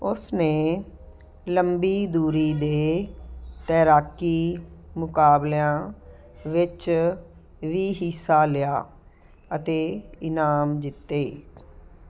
ਉਸ ਨੇ ਲੰਬੀ ਦੂਰੀ ਦੇ ਤੈਰਾਕੀ ਮੁਕਾਬਲਿਆਂ ਵਿੱਚ ਵੀ ਹਿੱਸਾ ਲਿਆ ਅਤੇ ਇਨਾਮ ਜਿੱਤੇ